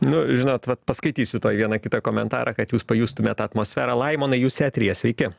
nu žinot vat paskaitysiu tuoj vieną kitą komentarą kad jūs pajustumėt tą atmosferą laimonai jūs eteryje sveiki